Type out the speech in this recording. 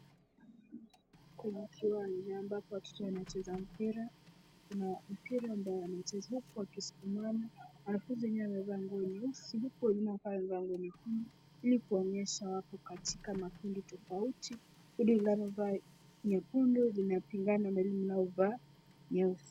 Kuna kiwanja ambapo watoto wanacheza mpira. Kuna mpira ambayo wanacheza huku wakiskumana wengine wamevaa nguo nyeusi huku wengine wamevaa nguo nyekundu ili kuonyesha wako katika makundi tofauti ile imevaa nyekundu inapingana na ile imevaa nyeusi.